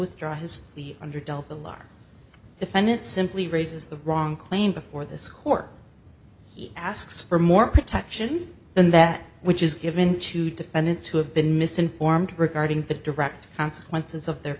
withdraw his the underdog the law defendant simply raises the wrong claim before this court asks for more protection than that which is given to defendants who have been misinformed regarding the direct consequences of their